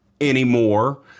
anymore